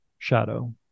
shadow